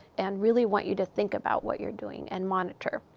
and really want you to think about what you're doing and monitor.